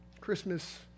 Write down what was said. Christmas